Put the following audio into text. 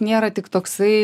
nėra tik toksai